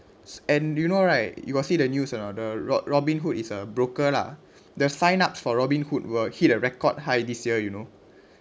and do you know right you got see the news or not the ro~ robin hood is a broker lah the sign-ups for robin hood will hit a record high this year you know